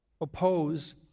oppose